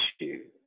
issue